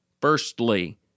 Firstly